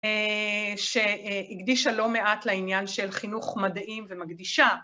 שהקדישה לא מעט לעניין של חינוך מדעים ומקדישה.